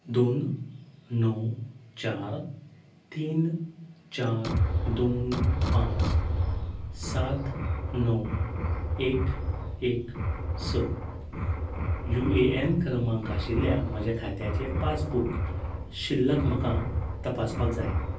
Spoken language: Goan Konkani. दोन णव चार तीन चार दोन पांच सात णव एक एक स युएएन क्रमांक आशिल्ल्या म्हज्या खात्याचें पासबुक शिल्लक म्हाका तपासपाक जाय